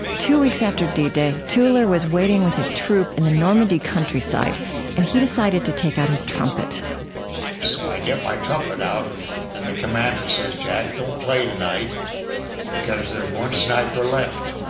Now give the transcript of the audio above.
two weeks after d-day, tueller was waiting with his troop in the normandy countryside and he decided to take out his trumpet so i get my trumpet out and the commander said, jack, don't play tonight because there's one sniper left